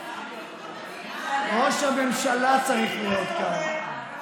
ראש הממשלה צריך להיות כאן.